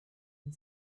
and